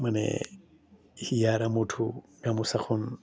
মানে হিয়াৰ আমঠু গামোচাখন